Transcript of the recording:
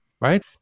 right